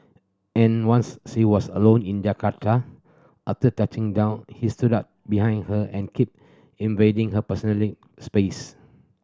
and once she was alone in Jakarta after touching down he stood behind her and kept invading her personally space